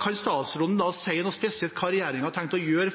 Kan statsråden si hva regjeringen har tenkt å gjøre